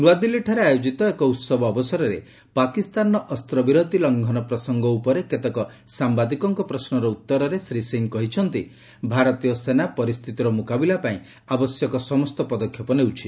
ନ୍ତଆଦିଲ୍ଲୀଠାରେ ଆୟୋଜିତ ଏକ ଉହବ ଅବସରରେ ପାକିସ୍ତାନର ଅସ୍ତ୍ରବିରତି ଲଙ୍ଘନ ପ୍ରସଙ୍ଗ ଉପରେ କେତେକ ସାମ୍ବାଦିକଙ୍କ ପ୍ରଶ୍ନର ଉତ୍ତରରେ ଶ୍ରୀ ସିଂ କହିଛନ୍ତି ଭାରତୀୟ ସେନା ପରିସ୍ଥିତିର ମୁକାବିଲା ପାଇଁ ଆବଶ୍ୟକ ସମସ୍ତ ପଦକ୍ଷେପ ନେଉଛି